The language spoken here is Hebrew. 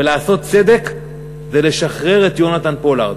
ולעשות צדק זה לשחרר את יונתן פולארד.